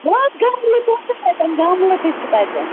نَہ حظ گملہٕ تہِ حظ چھِ تَتیٚن گملہٕ تہِ چھِ تتیٚن